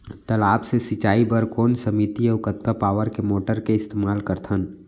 तालाब से सिंचाई बर कोन सीमित अऊ कतका पावर के मोटर के इस्तेमाल करथन?